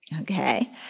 Okay